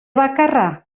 bakarra